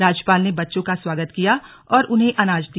राज्यपाल ने बच्चों का स्वागत किया और उन्हें अनाज दिया